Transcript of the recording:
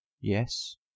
yes